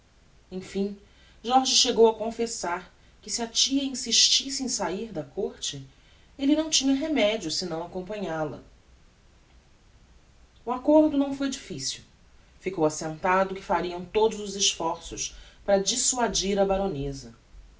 jorge chegou a confessar que se a tia insistisse em sair da côrte elle não tinha remedio senão acompanha la o accôrdo não foi difficil ficou assentado que fariam todos os esforços para dissuadir a baroneza